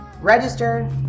register